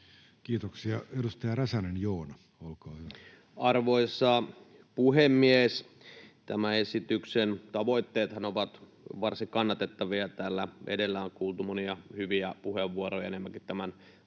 liittyviksi laeiksi Time: 20:05 Content: Arvoisa puhemies! Tämän esityksen tavoitteethan ovat varsin kannatettavia. Täällä edellä on kuultu monia hyviä puheenvuoroja enemmänkin tämän